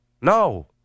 No